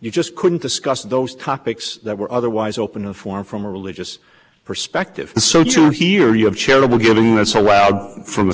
you just couldn't discuss those topics that were otherwise open a form from a religious perspective so to hear you have charitable giving this away from a